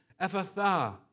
Ephatha